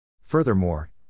Furthermore